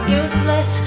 useless